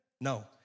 No